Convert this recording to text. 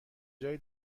جای